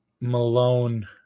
Malone